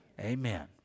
Amen